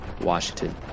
Washington